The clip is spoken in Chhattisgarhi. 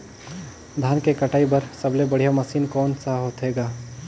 धान के कटाई बर सबले बढ़िया मशीन कोन सा होथे ग?